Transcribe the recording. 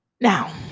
Now